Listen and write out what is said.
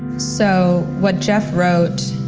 so, what jeff wrote